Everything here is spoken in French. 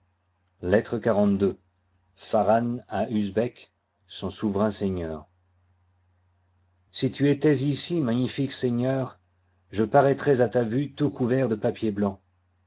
lettre xlii pharan à usbek son souverain seigneur s i tu étois ici magnifique seigneur je paroîtrois à ta vue tout couvert de papier blanc